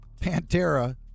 Pantera